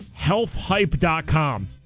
healthhype.com